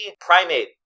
primate